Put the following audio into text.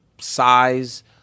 size